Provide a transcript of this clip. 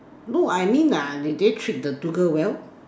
no I mean uh did they treat the two girl well